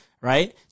right